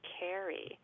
carry